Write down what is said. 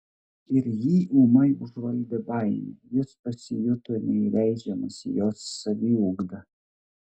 ir jį ūmai užvaldė baimė jis pasijuto neįleidžiamas į jos saviugdą